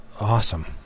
awesome